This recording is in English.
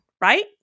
right